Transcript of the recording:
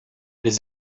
les